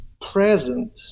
present